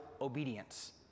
obedience